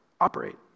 operate